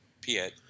Piet